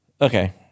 Okay